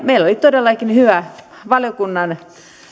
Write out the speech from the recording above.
meillä oli todellakin hyvä